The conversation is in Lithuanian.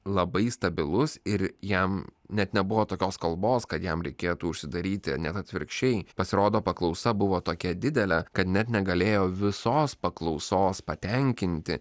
labai stabilus ir jam net nebuvo tokios kalbos kad jam reikėtų užsidaryti net atvirkščiai pasirodo paklausa buvo tokia didelė kad net negalėjo visos paklausos patenkinti